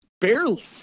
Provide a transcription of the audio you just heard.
Barely